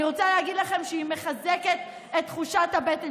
אני רוצה להגיד לכם שהיא מחזקת את תחושת הבטן